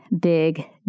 big